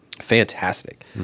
Fantastic